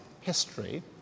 history